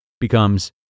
Becomes